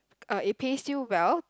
uh it pays you well